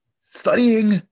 studying